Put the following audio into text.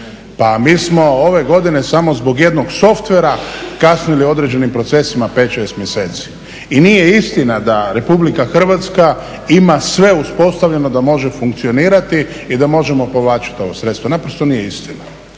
Pa mi smo ove godine samo zbog jednog softvera kasnili s određenim procesima 5-6 mjeseci. I nije istina da Republika Hrvatska ima sve uspostavljeno da može funkcionirati i da možemo povlačiti ova sredstva, naprosto nije istina.